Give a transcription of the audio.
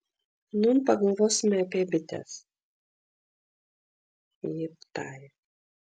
nūn pagalvosime apie bites ji tarė